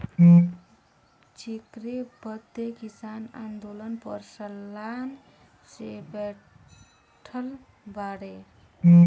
जेकरे बदे किसान आन्दोलन पर सालन से बैठल बाड़े